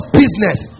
business